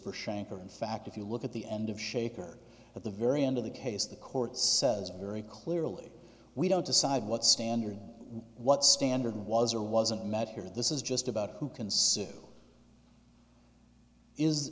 for shanker in fact if you look at the end of shaker at the very end of the case the court says very clearly we don't decide what standard what standard was or wasn't met here this is just about who can sue is